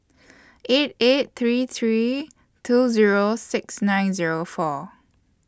eight eight three three two Zero six nine Zero four